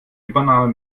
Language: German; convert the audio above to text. übernahme